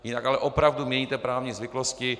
Jinak ale opravdu měníte právní zvyklosti.